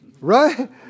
right